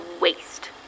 waste